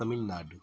Tamil Nadu